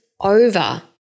over